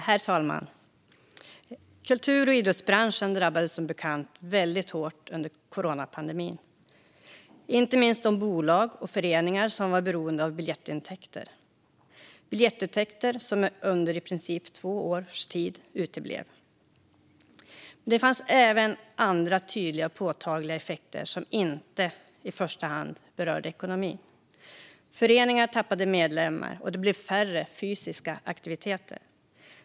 Herr talman! Kultur och idrottsbranschen drabbades som bekant väldigt hårt under coronapandemin. Inte minst drabbades de bolag och föreningar som var beroende av biljettintäkter - biljettintäkter som under i princip två års tid uteblev. Det fanns även andra tydliga och påtagliga effekter som inte i första hand berörde ekonomin. Föreningarna tappade medlemmar, och det blev färre fysiska aktiviteter.